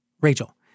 Rachel